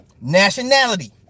Nationality